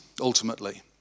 ultimately